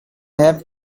have